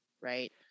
Right